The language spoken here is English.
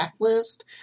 backlist